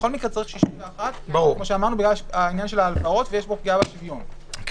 בכל מקרה צריך 61 בגלל ענין ההלוואות ויש פגיעה בפריון,